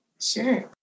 Sure